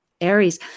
Aries